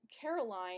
Caroline